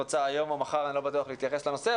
רוצה היום או מחר להתייחס לנושא,